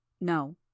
No